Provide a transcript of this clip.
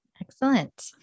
Excellent